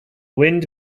wind